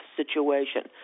situation